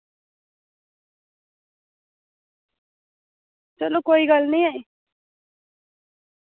चलो कोई गल्ल निं